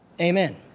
amen